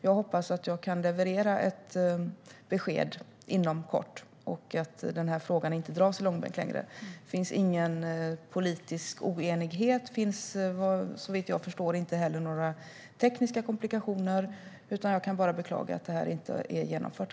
Jag hoppas att jag kan leverera ett besked inom kort och att frågan inte ska dras i långbänk längre. Det finns ingen politisk oenighet. Det finns, såvitt jag förstår, inte heller några tekniska komplikationer. Jag kan bara beklaga att detta inte redan är genomfört.